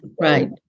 right